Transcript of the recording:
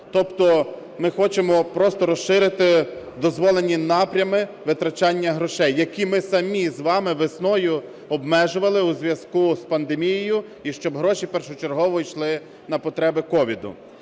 Тобто ми хочемо просто розширити дозволені напрями витрачання грошей, які ми самі з вами весною обмежували у зв'язку з пандемією і щоб гроші першочергово йшли на потреби СOVID.